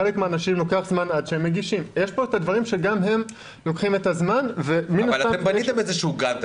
לחלק מהאנשים לוקח זמן להגיש את הטפסים --- אבל אתם בניתם יעד מסוים.